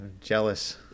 jealous